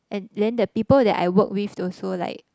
and then the people that I worked with also like